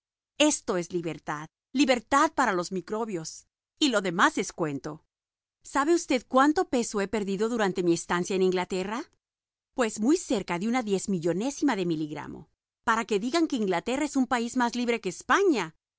esto es libertad libertad para los microbios y lo demás es cuento sabe usted cuánto peso he perdido durante mi estancia en inglaterra pues muy cerca de una diezmillonésima de miligramo para que digan que inglaterra es un país más libre que españa